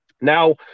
Now